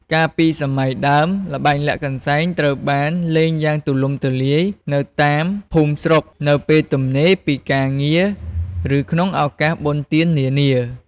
កាលពីសម័យដើម ល្បែងលាក់កន្សែងត្រូវបានលេងយ៉ាងទូលំទូលាយនៅតាមភូមិស្រុក នៅពេលទំនេរពីការងារ ឬក្នុងឱកាសបុណ្យទាននានា។